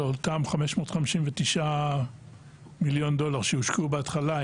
אותם 559 מיליון דולר שהושקעו בהתחלה,